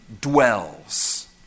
dwells